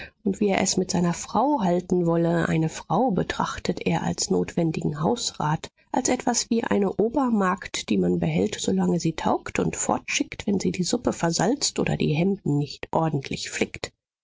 und wie er es mit seiner frau halten wolle eine frau betrachtet er als notwendigen hausrat als etwas wie eine obermagd die man behält solange sie taugt und fortschickt wenn sie die suppe versalzt oder die hemden nicht ordentlich flickt